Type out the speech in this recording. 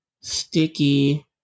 Sticky